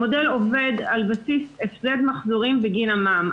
המודל עובד על בסיס הפסד מחזורי בגין המע"מ.